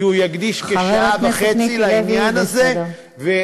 כי הוא יקדיש כשעה וחצי לעניין הזה.